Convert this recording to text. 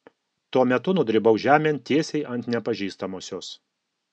tuo metu nudribau žemėn tiesiai ant nepažįstamosios